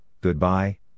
goodbye